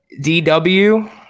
DW